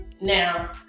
Now